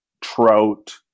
trout